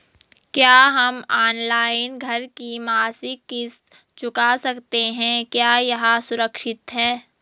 क्या हम ऑनलाइन घर की मासिक किश्त चुका सकते हैं क्या यह सुरक्षित है?